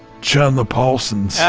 chandler parsons. yeah